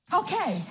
okay